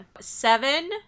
Seven